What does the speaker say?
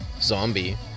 zombie